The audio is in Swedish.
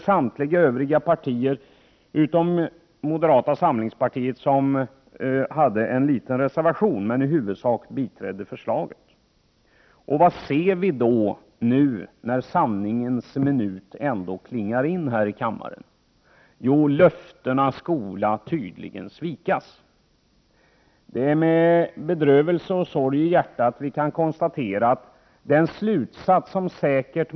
Samtliga partier svarade detsamma, utom moderata samlingspartiet som hade en liten reservation. Men i huvudsak biträdde även moderaterna förslaget. Vad ser vi då när sanningens minut till sist kommer här i kammaren? Jo, löftena skola tydligen svikas. Det är med bedrövelse och sorg i hjärtat som vi kan konstatera detta.